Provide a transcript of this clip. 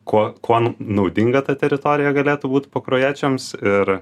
kuo kuo naudinga ta teritorija galėtų būt pakruojiečiams ir